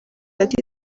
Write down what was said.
ati